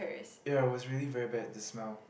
ya I was really wear bad the smell